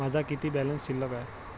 माझा किती बॅलन्स शिल्लक आहे?